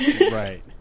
Right